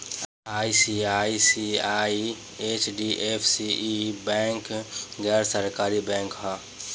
ICICI, HDFC, ई bank कुल गैर सरकारी बैंक ह